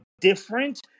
different –